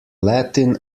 latin